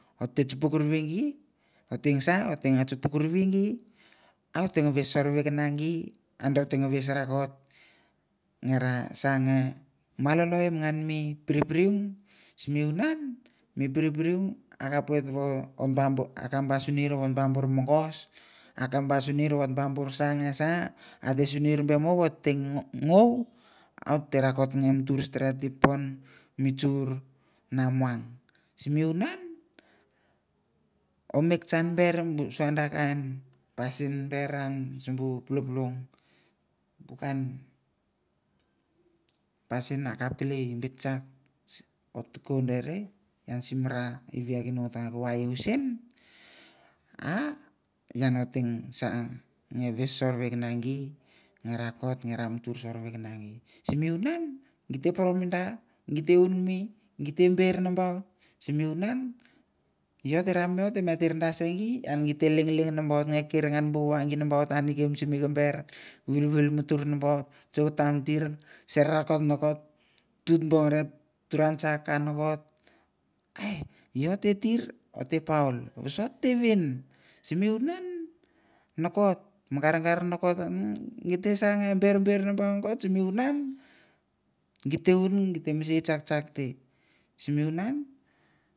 Otte ca chuprivee ottesa chuprivee otesa ote ves sorvegie otevis sorvekina gee otevis rakot nge rasa malaoim ngan mi peringe se unan mi pirpir akapvit na mogos akap no suri suri na sa na ate suair vatvegu ote kot ve mutr mi pon mi chur na muauang ser unan omekchaig be a sua d akain pasin bai raun upopulong ken pasin akap kalai bir chack ok to koberi simira eve ge tokivid navis na sorve kinanir semi unan tete poromi ba gite be nabaun sim unan yeo terter sanme sem gete likuk nambaut gir bit uvargit yaw ikir kim sim ember vivil butur nabaut chork taim got yed kertir serakot nakot tutwor turan chork au got yed tertir oteter ote paul vesat tevin simunan mi gargar nogot visna ber ber na kot simunan gite un gite mase chark chark te.